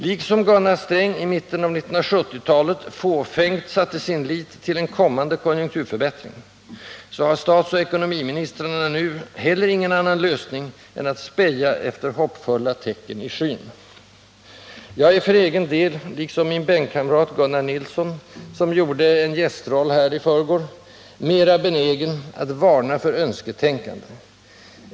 Liksom Gunnar Sträng i mitten av 1970-talet — fåfängt — satte sin lit till en kommande konjunkturförbättring har inte heller statsoch budgetministrarna nu någon annan lösning än att speja efter hoppfulla tecken i skyn. Jag är för egen del, liksom min bänkkamrat Gunnar Nilsson som gjorde en gästroll här i förrgår, mera benägen att varna för önsketänkande.